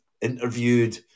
interviewed